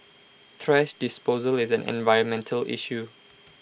thrash disposal is an environmental issue